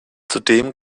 zudem